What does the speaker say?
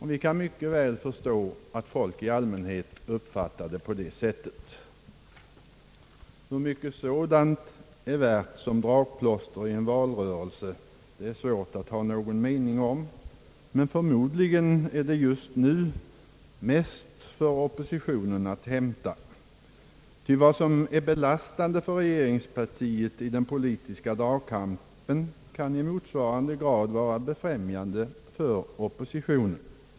Vi kan särdeles väl förstå att folk i allmänhet uppfattar det på det sättet. Hur mycket den är värd som dragplåster i en valrörelse är det svårt att ha någon mening om. Förmodligen finns det just nu mest för oppositionen att hämta, ty vad som är belastande för regeringspartiet i den politiska dragkompen kan i motsvarande grad vara befrämjande för oppositionen.